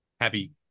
happy